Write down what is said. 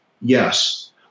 Yes